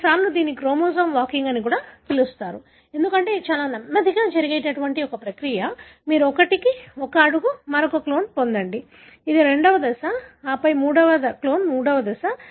కొన్నిసార్లు దీనిని chromosome walking అని పిలుస్తారు ఎందుకంటే ఇది చాలా నెమ్మదిగా జరిగే ప్రక్రియ మీరు ఒకటి ఒక అడుగు మరొక క్లోన్ పొందండి అది రెండవ దశ ఆపై మూడవ క్లోన్ మూడవ దశ